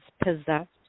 possessed